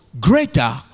greater